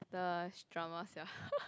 the drama sia